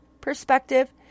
perspective